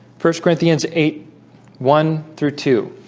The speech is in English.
first corinthians eight one through two